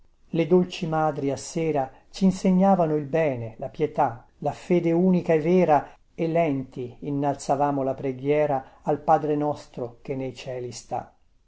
le dolci madri a sera cinsegnavano il bene la pietà la fede unica e vera e lenti innalzavamo la preghiera al padre nostro che nei cieli sta